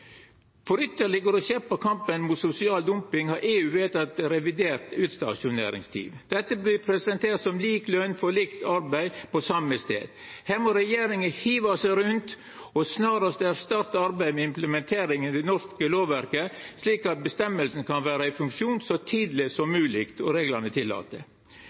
for tafatt. For ytterlegare å skjerpa kampen mot sosial dumping har EU vedteke eit revidert utstasjoneringsdirektiv. Dette vert presentert som lik løn for likt arbeid på same stad. Her må regjeringa hiva seg rundt og som snarast starta arbeidet med implementering i det norske lovverket, slik at avgjersla kan vera i funksjon så tidleg som mogleg og reglane